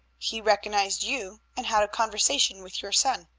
he recognized you, and had a conversation with your son.